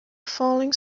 falling